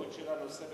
עוד שאלה נוספת,